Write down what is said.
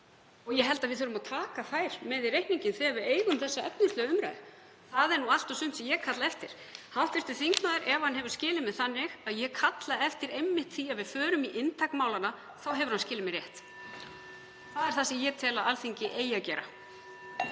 og ég held að við þurfum að taka þær með í reikninginn þegar við eigum þessa efnislegu umræðu. Það er nú allt og sumt sem ég kalla eftir. Ef hv. þingmaður hefur skilið mig þannig að ég kalli eftir því einmitt að við förum í inntak málanna, hefur hann skilið mig rétt. Það er það sem ég tel að Alþingi eigi að gera.